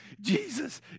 Jesus